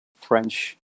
French